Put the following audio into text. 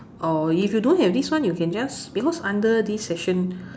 or if you don't have this one you can just because under this section